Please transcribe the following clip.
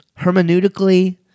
hermeneutically